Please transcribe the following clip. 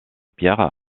pierre